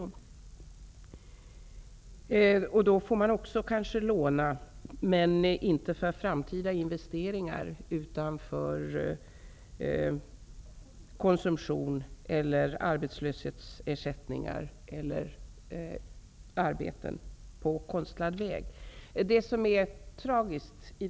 I det fallet måste man också kanske låna, men inte för framtida investeringar utan för konsumtion, arbetslöshetsersättningar eller för att på konstlad väg inrätta arbeten.